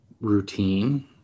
routine